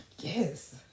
Yes